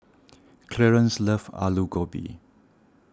Clarance loves Alu Gobi